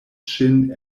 ŝin